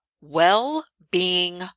well-being